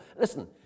listen